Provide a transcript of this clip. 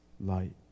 light